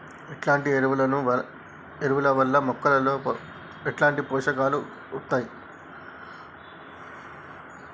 ఎట్లాంటి ఎరువుల వల్ల మొక్కలలో ఎట్లాంటి పోషకాలు వత్తయ్?